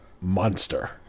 monster